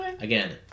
Again